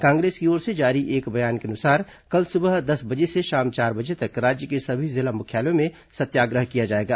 कांग्रेस की ओर से जारी एक बयान के अनुसार कल सुबह दस बजे से शाम चार बजे तक राज्य के सभी जिला मुख्यालयों में सत्याग्रह किया जाएगा